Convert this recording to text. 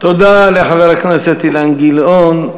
תודה לחבר הכנסת אילן גילאון.